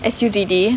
S_U_T_D